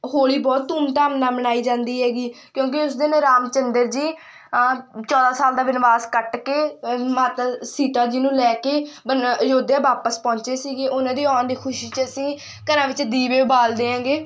ਹੋਲੀ ਬਹੁਤ ਧੂਮ ਧਾਮ ਨਾਲ ਮਨਾਈ ਜਾਂਦੀ ਹੈਗੀ ਕਿਉਂਕਿ ਉਸ ਦਿਨ ਰਾਮ ਚੰਦਰ ਜੀ ਚੌਦ੍ਹਾਂ ਸਾਲ ਦਾ ਬਨਵਾਸ ਕੱਟ ਕੇ ਮਾਤਾ ਸੀਤਾ ਜੀ ਨੂੰ ਲੈ ਕੇ ਬਨ ਅਯੋਧਿਆ ਵਾਪਸ ਪਹੁੰਚੇ ਸੀਗੇ ਉਹਨਾਂ ਦੀ ਆਉਣ ਦੀ ਖੁਸ਼ੀ 'ਚ ਅਸੀਂ ਘਰਾਂ ਵਿੱਚ ਦੀਵੇ ਬਾਲਦੇ ਹੈਗੇ